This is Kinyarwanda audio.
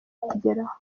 kugeraho